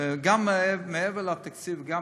גם מעבר לתקציב, גם